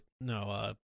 no